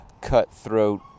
cutthroat